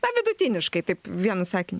na vidutiniškai taip vienu sakiniu